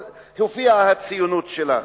אז הופיעה הציונות שלך.